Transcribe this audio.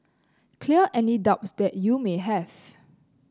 clear any doubts that you may have